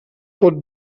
pot